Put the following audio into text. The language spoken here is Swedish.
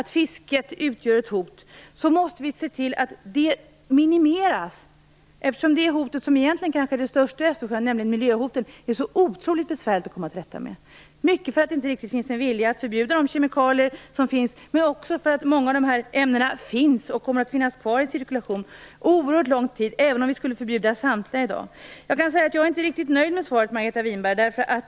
Om fisket utgör ett hot måste vi se till att det minimeras, eftersom det hot som kanske egentligen är det största för Östersjön, nämligen miljöhotet, är så otroligt besvärligt att komma till rätta med. Det beror till stor del på att det inte riktigt finns en vilja att förbjuda kemikalier, men också på att många av dessa ämnen finns och kommer att finnas kvar i cirkulation under oerhört lång tid även om vi i dag skulle förbjuda samtliga. Jag är inte riktigt nöjd med svaret, Margareta Winberg.